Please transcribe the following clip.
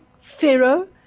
Pharaoh